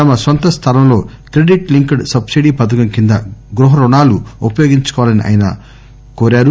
తమ స్వంత స్థలంలో క్రెడిట్ లింక్డ్ సబ్బిడీ పథకం క్రింద గృహరుణాలు ఉపయోగించుకోవాలని ఆయన కోరారు